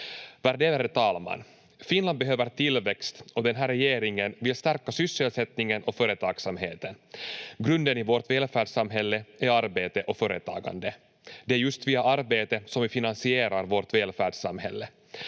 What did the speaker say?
Värderade talman! Finland behöver tillväxt och den här regeringen vill stärka sysselsättningen och företagsamheten. Grunden i vårt välfärdssamhälle är arbete och företagande. Det är just via arbete som vi finansierar vårt välfärdssamhälle.